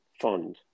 fund